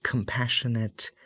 compassionate,